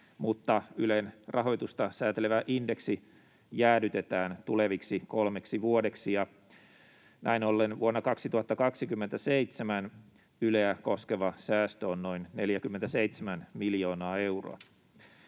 mutta Ylen rahoitusta säätelevä indeksi jäädytetään tuleviksi kolmeksi vuodeksi, ja näin ollen vuonna 2027 Yleä koskeva säästö on noin 47 miljoonaa euroa.